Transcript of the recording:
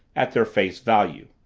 at their face value.